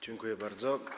Dziękuję bardzo.